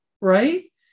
right